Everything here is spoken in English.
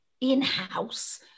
in-house